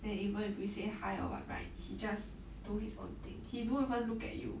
then even if we say hi or what right he just do his own thing he don't even look at you